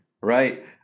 right